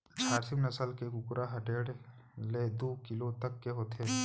झारसीम नसल के कुकरा ह डेढ़ ले दू किलो तक के होथे